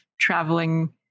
traveling